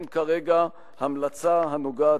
אדוני.